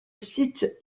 site